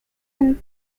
and